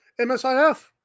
MSIF